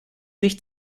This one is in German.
sich